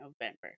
November